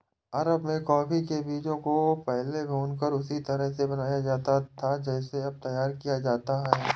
अरब में कॉफी के बीजों को पहले भूनकर उसी तरह से बनाया जाता था जैसे अब तैयार किया जाता है